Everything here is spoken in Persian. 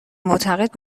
معتقد